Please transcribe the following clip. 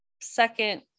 second